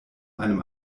einem